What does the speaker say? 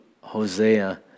Hosea